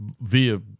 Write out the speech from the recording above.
via